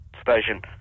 station